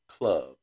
club